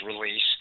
release